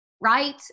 right